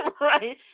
right